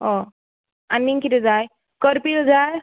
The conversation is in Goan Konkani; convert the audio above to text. आनी कितें जाय करप्यू जाय